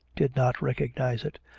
did not recognise it.